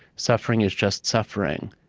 suffering is just suffering.